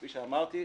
כפי שאמרתי,